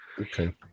Okay